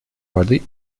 воды